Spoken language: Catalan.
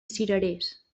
cirerers